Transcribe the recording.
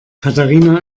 katharina